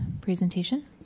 presentation